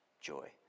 joy